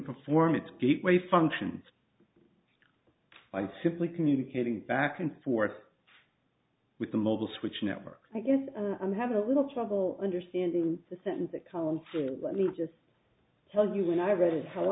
perform its gateway functions by simply communicating back and forth with the mobile switch network i guess i'm having a little trouble understanding the sentence a column for let me just tell you when i read it how